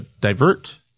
divert